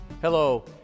Hello